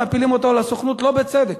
מפילים אותו על הסוכנות לא בצדק,